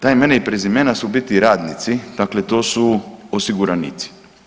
Ta imena i prezimena su u biti radnici, dakle to su osiguranici.